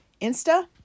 Insta